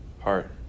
heart